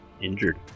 Injured